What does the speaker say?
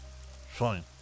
Fine